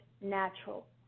natural